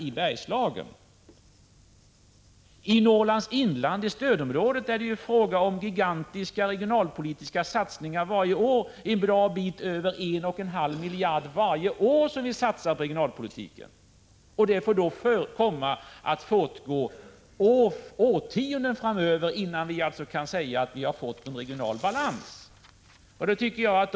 I stödområdet i Norrlands inland är det fråga om gigantiska regionalpolitiska satsningar varje år. Vi satsar där en bra bit över 1,5 miljarder varje år på regionalpolitiken. Det kommer att fortgå årtionden framöver innan vi kan säga att vi har fått en regional balans.